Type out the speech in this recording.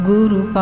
Guru